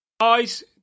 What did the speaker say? Guys